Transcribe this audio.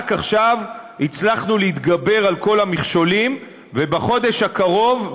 רק עכשיו הצלחנו להתגבר על כל המכשולים ובחודש הקרוב,